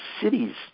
cities